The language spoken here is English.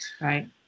Right